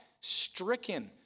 Stricken